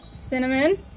Cinnamon